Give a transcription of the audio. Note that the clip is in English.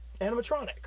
animatronic